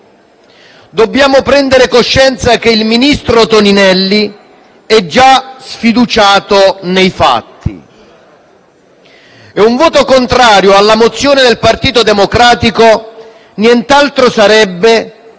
Dobbiamo prendere coscienza che il ministro Toninelli è già sfiduciato nei fatti, e un voto contrario alla mozione del Partito Democratico nient'altro sarebbe